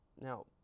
Now